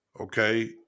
okay